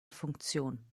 funktion